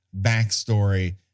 backstory